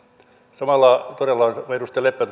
samalla todella kuten edustaja leppä